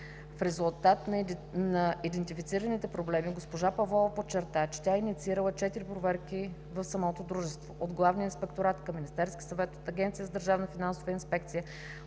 В резултат на идентифицираните проблеми госпожа Лиляна Павлова подчерта, че е инициирала четири проверки в дружеството: от Главния инспекторат към Министерския съвет, от Агенция за държавна финансова инспекция,